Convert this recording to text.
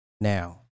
Now